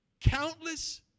countless